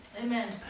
Amen